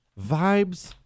vibes